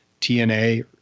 TNA